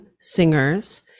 singers